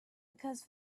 because